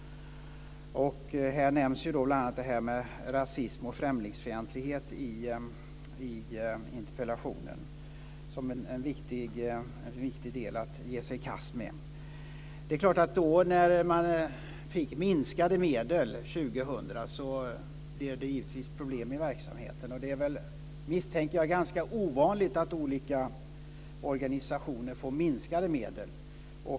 I interpellationen nämns rasism och främlingsfientlighet som en viktig del att ge sig i kast med. När det för år 2000 blev minskade medel blev det givetvis problem med verksamheterna. Det är väl, misstänker jag, ganska ovanligt att olika organisationer får minskade medel.